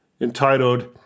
entitled